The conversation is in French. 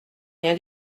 rien